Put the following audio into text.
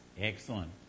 Excellent